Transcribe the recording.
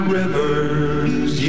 rivers